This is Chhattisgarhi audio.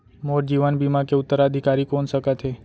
मोर जीवन बीमा के उत्तराधिकारी कोन सकत हे?